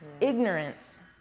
Ignorance